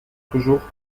toujours